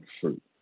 fruit